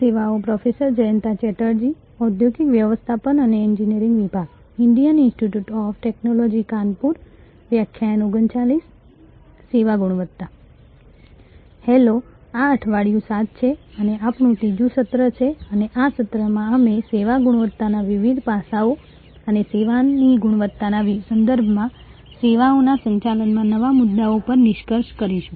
સેવા ગુણવત્તા હેલો આ અઠવાડિયું 7 છે અને આપણું ત્રીજું સત્ર છે અને આ સત્રમાં અમે સેવા ગુણવત્તાના વિવિધ પાસાઓ અને સેવાની ગુણવત્તાના સંદર્ભમાં સેવાઓના સંચાલનમાં નવા મુદ્દાઓ પર નિષ્કર્ષ કરીશું